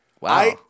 Wow